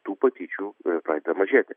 tų patyčių pradeda mažėti